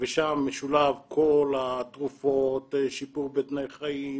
ושם משולב כל התרופות, שיפור בתנאי חיים,